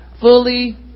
fully